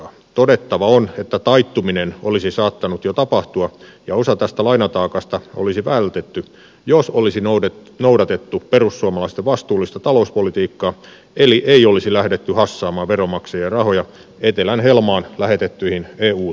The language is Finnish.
todettava on että taittuminen olisi saattanut jo tapahtua ja osa tästä lainataakasta olisi vältetty jos olisi noudatettu perussuomalaisten vastuullista talouspolitiikkaa eli ei olisi lähdetty hassaamaan veromaksajien rahoja etelän helmaan lähetettyihin eu tukipaketteihin